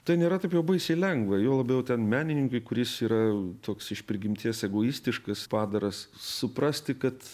tai nėra taip jau baisiai lengva juo labiau ten menininkui kuris yra toks iš prigimties egoistiškas padaras suprasti kad